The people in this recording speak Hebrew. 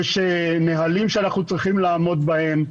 יש נהלים שאנחנו צריכים לעמוד בהם,